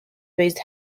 based